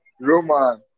Roman